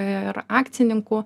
ir akcininkų